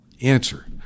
Answer